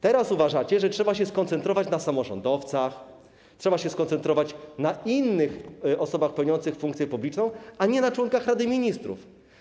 Teraz uważacie, że trzeba się skoncentrować na samorządowcach, trzeba się skoncentrować na innych osobach pełniących funkcje publiczne, a nie na członkach Rady Ministrów.